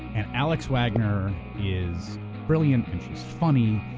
and alex wagner is brilliant and she's funny,